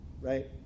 right